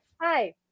hi